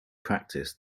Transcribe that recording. practiced